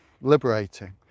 liberating